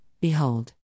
behold